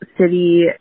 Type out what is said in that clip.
city